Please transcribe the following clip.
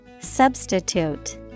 Substitute